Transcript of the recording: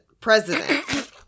president